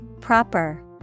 Proper